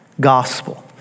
gospel